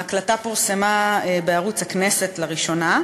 ההקלטה פורסמה בערוץ הכנסת לראשונה,